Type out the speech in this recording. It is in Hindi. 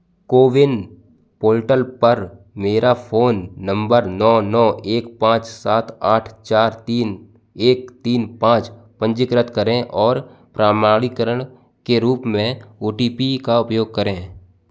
कोविन पोर्टल पर मेरा फ़ोन नंबर नौ नौ एक पाँच सात आठ चार तीन एक तीन पाँच पंजीकृत करें और प्रमाणीकरण के रूप में ओ टी पी का उपयोग करें